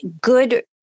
good